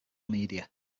media